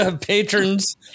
patrons